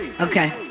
Okay